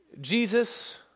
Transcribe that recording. Jesus